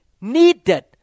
needed